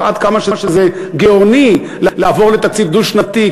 עד כמה זה גאוני לעבור לתקציב דו-שנתי,